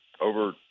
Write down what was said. over